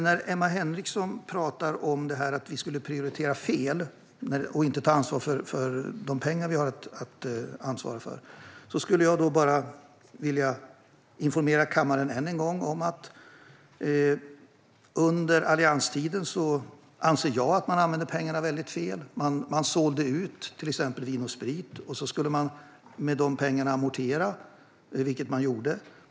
När Emma Henriksson talar om att vi skulle prioritera fel och inte ta ansvar för de pengar vi har ansvar för skulle jag bara än en gång vilja informera kammaren om att man under allianstiden, anser jag, använde pengarna väldigt fel. Man sålde till exempel ut Vin & Sprit AB, och med de pengarna skulle man amortera - vilket man gjorde.